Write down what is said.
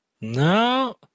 No